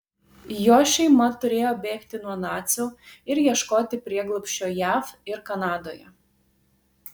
jo šeima turėjo bėgti nuo nacių ir ieškoti prieglobsčio jav ir kanadoje